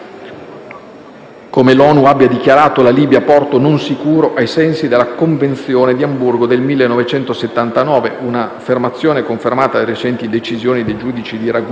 come l'ONU abbia dichiarato la Libia porto non sicuro ai sensi della Convenzione di Amburgo del 1979, un'affermazione confermata da recenti decisioni dei giudici di Ragusa